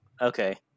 Okay